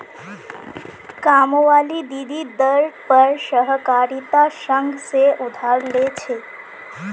कामवाली दीदी दर पर सहकारिता संघ से उधार ले छे